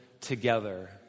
together